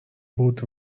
بود